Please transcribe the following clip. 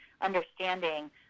understanding –